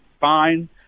fine